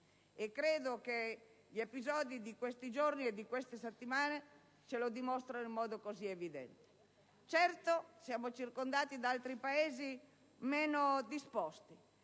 credo che gli episodi di questi giorni e di queste settimane ce lo dimostrino in modo evidente. Certo, siamo circondati da altri Paesi meno disposti,